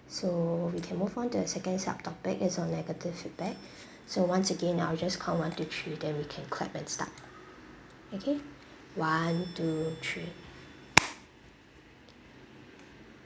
so we can move on to the second subtopic is on negative feedback so once again I'll just count one two three then we can clap and start okay one two three